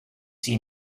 see